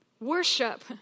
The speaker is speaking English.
Worship